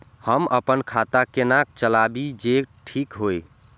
हम अपन खाता केना चलाबी जे ठीक होय?